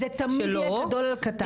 זה תמיד יהיה גדול על קטן.